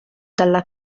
dalla